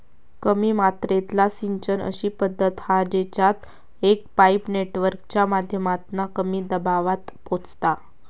कमी मात्रेतला सिंचन अशी पद्धत हा जेच्यात एक पाईप नेटवर्कच्या माध्यमातना कमी दबावात पोचता